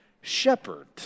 shepherd